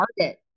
Target